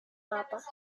papas